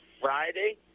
Friday